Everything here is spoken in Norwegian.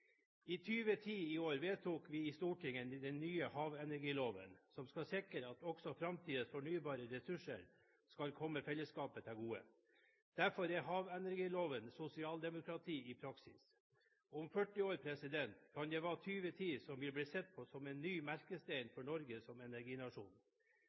2010 – i år – vedtok vi i Stortinget den nye havenergiloven, som skal sikre at også framtidens fornybare ressurser skal komme fellesskapet til gode. Derfor er havenergiloven sosialdemokrati i praksis. Om 40 år kan det være 2010 som vil bli sett på som en ny